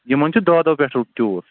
یِمن چھُ دَہ دۄہ پیٚٹھ ٹیوٗر